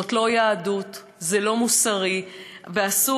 זאת לא יהדות, זה לא מוסרי, ואסור,